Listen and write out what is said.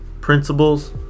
principles